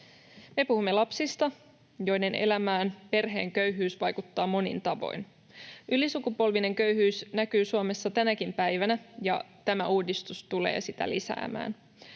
puhumme lapsista, joiden elämään perheen köyhyys vaikuttaa monin tavoin. Ylisukupolvinen köyhyys näkyy Suomessa tänäkin päivänä, ja tämä uudistus tulee sitä lisäämään.